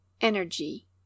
Energy